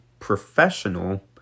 professional